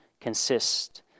consist